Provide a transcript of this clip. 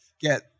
get